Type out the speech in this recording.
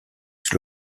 sous